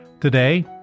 Today